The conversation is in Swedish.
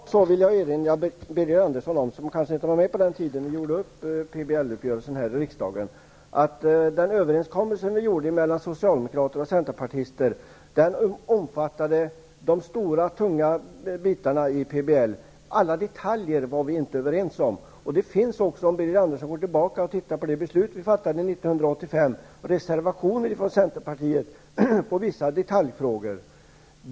Fru talman! Jag vill erinra Birger Andersson, som kanske inte var med när vi socialdemokrater träffade PBL-överenskommelsen med centerpartisterna i riksdagen, om att denna överenskommelse omfattade de stora och tunga delarna av PBL. Vi var inte överens om alla detaljer, och om Birger Andersson går tillbaka till det beslut som fattades 1985, skall han finna att det förelåg reservationer från centerpartiet i vissa detaljfrågor.